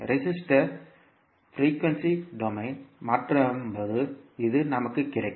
resistor frequency domain மாற்றும்போது இது நமக்குக் கிடைக்கும்